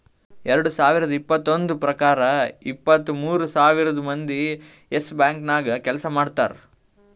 ಎರಡು ಸಾವಿರದ್ ಇಪ್ಪತ್ತೊಂದು ಪ್ರಕಾರ ಇಪ್ಪತ್ತು ಮೂರ್ ಸಾವಿರ್ ಮಂದಿ ಯೆಸ್ ಬ್ಯಾಂಕ್ ನಾಗ್ ಕೆಲ್ಸಾ ಮಾಡ್ತಾರ್